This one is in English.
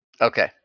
okay